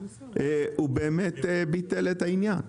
הוא באמת ביטל את העניין,